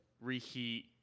reheat